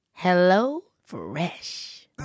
HelloFresh